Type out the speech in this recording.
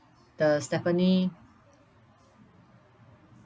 the stephanie